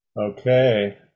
Okay